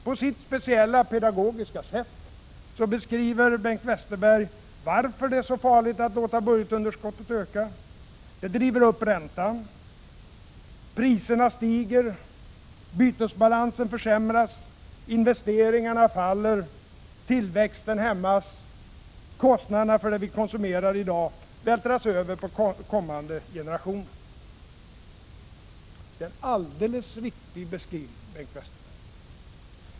På sitt speciella, pedagogiska sätt beskriver Bengt Westerberg varför det är så farligt att låta budgetunderskottet öka. Det driver upp räntan, priserna stiger, bytesbalansen försämras, investeringarna faller, tillväxten hämmas, kostnaderna för det vi konsumerar i dag vältras över på kommande generationer. Det är en alldeles riktig beskrivning.